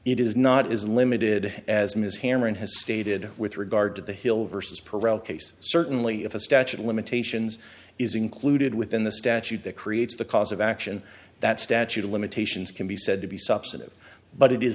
it is not as limited as ms hammerin has stated with regard to the hill versus parole case certainly if a statute of limitations is included within the statute that creates the cause of action that statute of limitations can be said to be substantive but it is